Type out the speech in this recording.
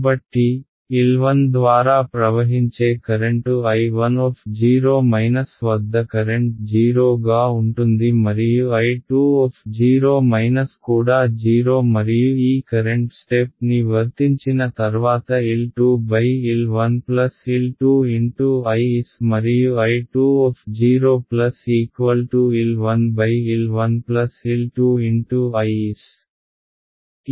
కాబట్టిL 1 ద్వారా ప్రవహించే current I1 ఇది వద్ద కరెంట్ 0 గా ఉంటుంది మరియు I 2 కూడా 0 మరియు ఈ కరెంట్ స్టెప్ ని వర్తించిన తర్వాత L 2 L 1 L 2 × I s మరియు I 2 0 L 1 L 1 L 2 × I s